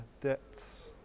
depths